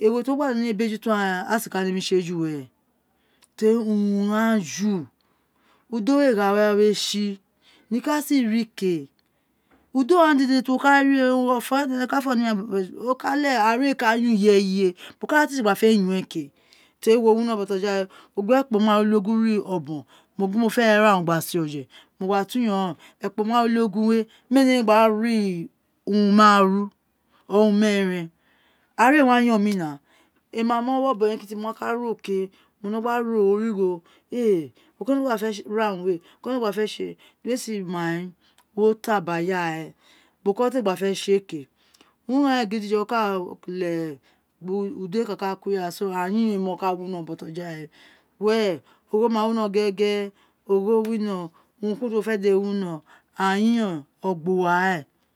ewe tí uwo gba nemí bejeito aghan a si ka nemí bejeito aghan a si ka nemi tsi ee ju wérè terí urun gháán ju udo éè gha wá wè tsi nọ kọ owún aghaan si ri ke udo ghaan dèdè ti uwo ka rí we ọfọ tí ara eê ka ri ireye boko owu a fé tsi gba tsi eê bojawe terí wo wino bọtọja we wi gbe ẹkpo máàru kí ọbọn gu wofé ra gba ra urun ní ọbọn gba si éè oje wo gba tu wi yọn ekpo maaru le-ogun he mí ee, nemí gba rí urun maaru wéré urun méeren ara éè wa yọn mí na emí ma mo wí ọbọn we mo ma ka ro gin okay uro nó gba so origho éè ene boko owun mo gba fé ra urun we ewe boko owun mo gba fé tsi éè dí uwe éè si ma rén wo ta ba ya bo ko ewe owun wo gba fé tí éì ke urun ghan gidije o ka leghe gbí udo we ka ka ku wo uwo árà árà yi yon ee si mo winó bọtoja we wérè ogho ma winó gérègérè ogho wino urun ku urun tí wo ma fé dèdè wino ara yiyon rén ogbuwa rén